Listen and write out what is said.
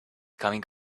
coming